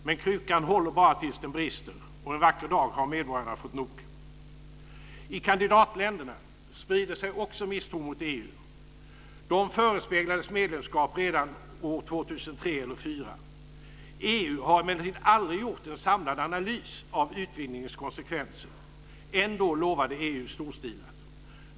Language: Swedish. Men krukan håller bara tills den brister, och en vacker dag har medborgarna fått nog. I kandidatländerna sprider sig också misstron mot EU. De förespeglades medlemskap redan år 2003 eller 2004. EU har emellertid aldrig gjort en samlad analys av utvidgningens konsekvenser. Ändå lovade EU storstilat.